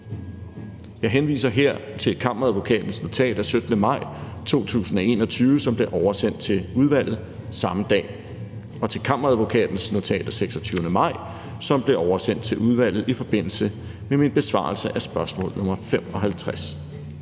Jeg henviser her til Kammeradvokatens notat af 17. maj 2021, som blev oversendt til udvalget samme dag, og Kammeradvokatens notat af 26. maj, som blev oversendt til udvalget i forbindelse med min besvarelse af spørgsmål nr. 55.